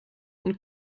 und